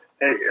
Hey